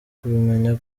kubimenya